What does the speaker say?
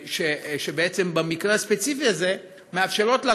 שבמקרה הספציפי הזה מאפשרות לה,